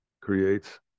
creates